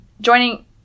joining